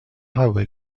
highway